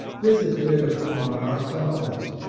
visited upon ourselves.